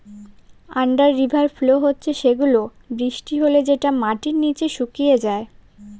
under river flow হচ্ছে সেগুলা বৃষ্টি হলে যেটা মাটির নিচে শুকিয়ে যায়